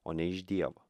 o ne iš dievo